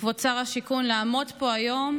כבוד שר השיכון, לעמוד פה היום